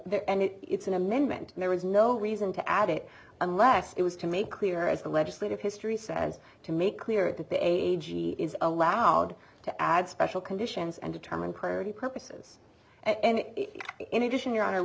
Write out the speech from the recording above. that and it it's an amendment and there was no reason to add it unless it was to make clear as the legislative history says to make clear that the a g is allowed to add special conditions and determine clarity purposes and in addition your honor